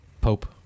Pope